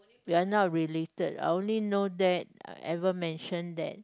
we're not related I only know that I ever mention that